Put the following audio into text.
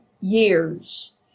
years